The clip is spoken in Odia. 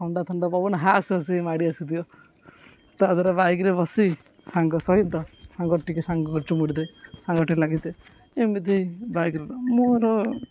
ଥଣ୍ଡା ଥଣ୍ଡା ପବନି ହାସ୍ ହାସ୍ କି ମାଡ଼ି ଆସୁଥିବ ତା ଦେହରେ ବାଇକ୍ରେ ବସି ସାଙ୍ଗ ସହିତ ସାଙ୍ଗ ଟିକେ ସାଙ୍ଗ ଚୁମୁୁଡ଼ିଥାଏ ସାଙ୍ଗ ଟିକେ ଲାଗିଥାଏ ଏମିତି ବାଇକ୍ର ମୋର